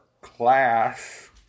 class